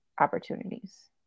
opportunities